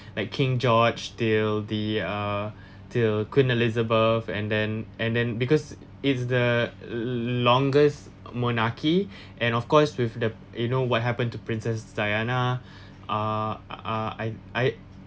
like king george till the uh the queen elizabeth and then and then because it's the longest monarchy and of course with the you know what happened to princess diana uh uh uh I I